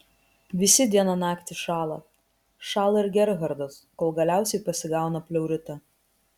visi dieną naktį šąla šąla ir gerhardas kol galiausiai pasigauna pleuritą